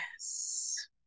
Yes